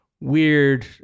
weird